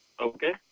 Okay